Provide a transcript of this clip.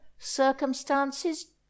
circumstances